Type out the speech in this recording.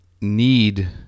need